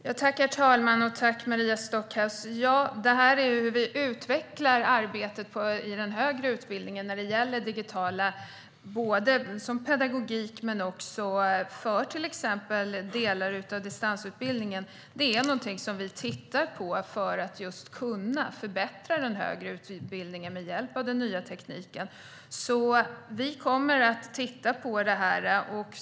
Herr talman! Tack, Maria Stockhaus! Detta handlar om hur vi utvecklar arbetet med digitala verktyg i den högre utbildningen som pedagogik och för distansutbildning. Det är något som vi tittar på för att kunna förbättra den högre utbildningen med hjälp av den nya tekniken. Vi kommer att titta på detta.